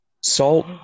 Salt